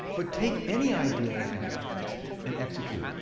but take any idea they have. and execute. and execute,